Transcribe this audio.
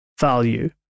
value